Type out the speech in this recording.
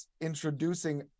introducing